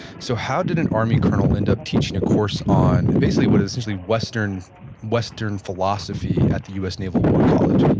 so how did an army colonel end up teaching a course on basically what is essentially western western philosophy at the u s. naval war college?